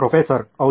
professor ಹೌದು